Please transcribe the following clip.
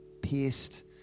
pierced